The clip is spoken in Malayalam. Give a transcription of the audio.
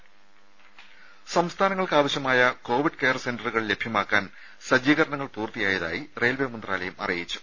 രുര സംസ്ഥാനങ്ങൾക്കാവശ്യമായ കോവിഡ് കെയർ സെന്ററുകൾ ലഭ്യമാക്കാൻ സജ്ജീകരണങ്ങൾ പൂർത്തിയായതായി റെയിൽവേ മന്ത്രാലയം അറിയിച്ചു